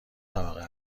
طبقه